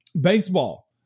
baseball